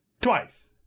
Twice